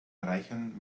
reichern